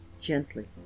gently